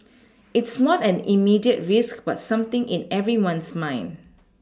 it's not an immediate risk but something in everyone's mind